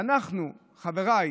ואנחנו, חבריי